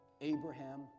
Abraham